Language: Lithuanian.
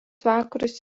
vakarus